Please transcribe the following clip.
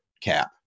cap